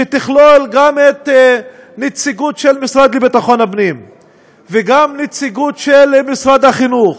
שתכלול גם נציגות של המשרד לביטחון פנים וגם נציגות של משרד החינוך